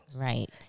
Right